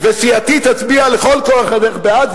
וסיעתי תצביע לכל אורך הדרך בעד.